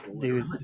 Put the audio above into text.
Dude